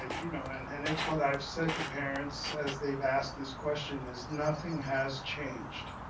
you know, and and it's what i've said to parents, as they've asked this question is nothing has changed,